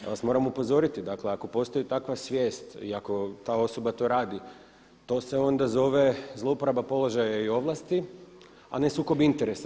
Ja vas moram upozoriti dakle ako postoji takva svijest i ako ta osoba to radi to se onda zove zlouporaba položaja i ovlasti a ne sukob interesa.